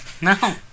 No